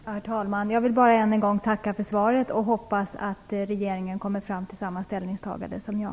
Herr talman! Jag vill än en gång tacka för svaret. Jag hoppas att regeringen kommer fram till samma ställningstagande som jag.